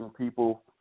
people